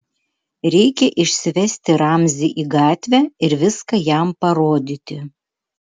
reikia išsivesti ramzį į gatvę ir viską jam parodyti